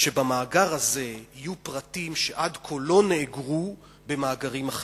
שבמאגר הזה יהיו פרטים שעד כה לא נאגרו במאגרים אחרים.